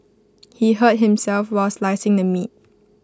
he hurt himself while slicing the meat